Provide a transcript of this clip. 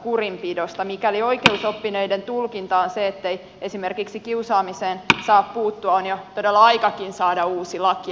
mikäli oikeusoppineiden tulkinta on se ettei esimerkiksi kiusaamiseen saa puuttua on jo todella aikakin saada uusi laki eli kiitos siitä